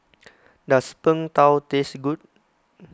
does Png Tao taste good